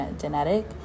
genetic